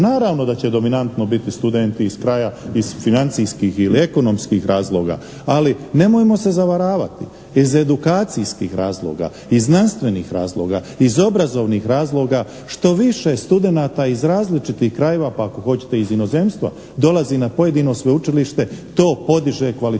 naravno da će dominantno biti studenti iz kraja iz financijskih ili ekonomskih razloga, ali nemojmo se zavaravati, iz edukacijskih razloga, iz znanstvenih razloga, iz obrazovnih razloga što više studenata iz različitih krajeva pa ako hoćete i iz inozemstva dolazi na pojedino sveučilište, to podiže kvalitetu